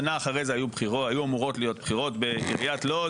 שנה אחרי זה היו אמורות להיות בחירות בעיריית לוד